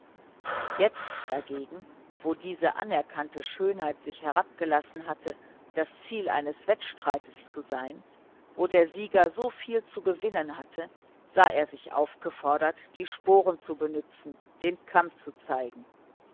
jetzt dagegen wo diese anerkannte schönheit sich herabgelassen hatte das ziel eines wettstreites zu sein wo der sieger so viel zu gewinnen hatte sah er sich aufgefordert die sporen zu benützen den kamm zu zeigen